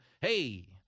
hey